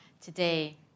today